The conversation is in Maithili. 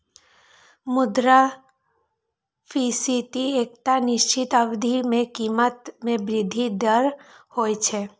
मुद्रास्फीति एकटा निश्चित अवधि मे कीमत मे वृद्धिक दर होइ छै